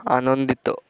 ଆନନ୍ଦିତ